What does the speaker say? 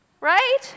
right